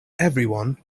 everyone